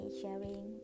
sharing